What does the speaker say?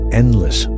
endless